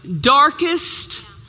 darkest